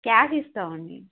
cash ఇస్తాం అండి